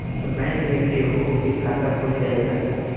Bank में केहूओ के खाता खुल जाई का?